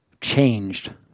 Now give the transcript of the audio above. changed